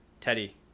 Teddy